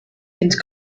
into